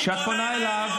רון כץ, אתה בקריאה ראשונה.